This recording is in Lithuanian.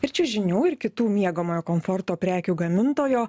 ir čiužinių ir kitų miegamojo komforto prekių gamintojo